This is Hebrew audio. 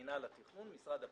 מינהל התכנון ומשרד הפנים: